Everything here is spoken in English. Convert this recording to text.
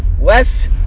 less